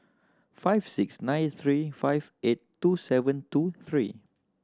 five six nine three five eight two seven two three